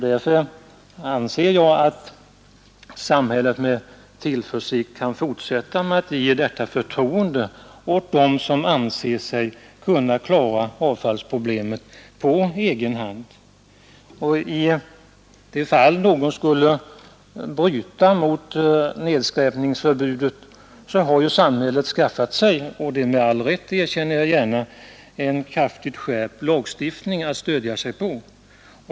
Därför anser jag att samhället med tillförsikt kan fortsätta med att ge detta förtroende åt dem som anser sig kunna lösa avfallsproblemet på egen hand. I de fall någon skulle bryta mot nedskräpningsförbudet har ju samhället skaffat sig — detta med all rätt; det erkänner jag gärna — en kraftigt skärpt lagstiftning att stödja sig på.